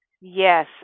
Yes